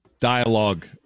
Dialogue